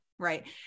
right